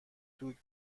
دوگ